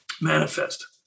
manifest